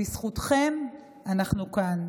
בזכותכם אנחנו כאן.